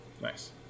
Nice